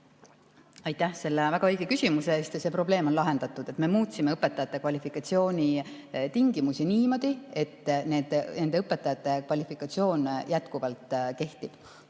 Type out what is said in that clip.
Aitäh selle väga õige küsimuse eest! See probleem on lahendatud, me muutsime õpetajate kvalifikatsioonitingimusi niimoodi, et nende õpetajate kvalifikatsioon jätkuvalt kehtib.